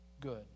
good